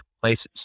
places